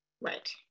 Right